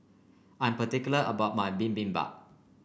I'm particular about my Bibimbap